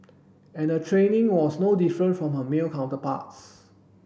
and her training was no different from her male counterparts